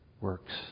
works